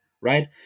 right